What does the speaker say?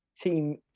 Team